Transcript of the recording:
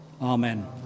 Amen